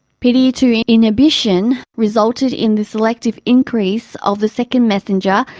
p d e two inhibition resulted in the selective increase of the second messenger,